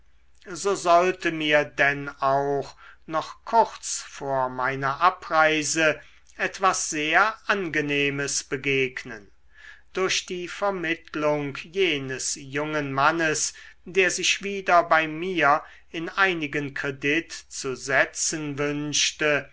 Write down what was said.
so sollte mir denn auch noch kurz vor meiner abreise etwas sehr angenehmes begegnen durch die vermittlung jenes jungen mannes der sich wieder bei mir in einigen kredit zu setzen wünschte